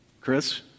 Chris